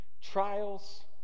trials